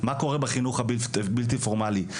מה קורה בחינוך הבלתי פורמלי,